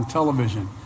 television